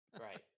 Right